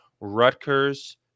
Rutgers